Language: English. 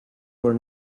were